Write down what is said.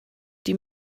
die